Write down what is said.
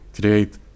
create